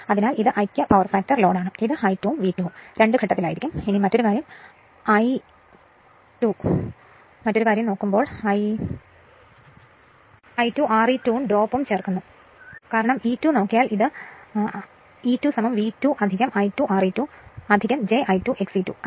അതിനാൽ ഇത് ഐക്യ പവർ ഫാക്ടർ ലോഡാണ് ഇത് I2 ഉം V2 ഉം രണ്ടും ഘട്ടത്തിലായിരിക്കും ഇത് മറ്റൊരു കാര്യം I2 Re2 ഡ്രോപ്പും ചേർക്കുന്നു കാരണം E2 നോക്കിയാൽ ഇത് E2 V2 I2 Re2 j I2 XE2